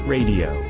Radio